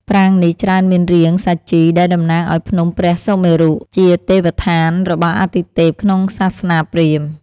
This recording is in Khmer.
ប្រាង្គនេះច្រើនមានរាងសាជី ដែលតំណាងឱ្យភ្នំព្រះសុមេរុ ជាទេវស្ថានរបស់អាទិទេពក្នុងសាសនាព្រាហ្មណ៍។